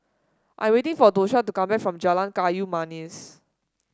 I am waiting for Tosha to come back from Jalan Kayu Manis